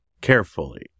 carefully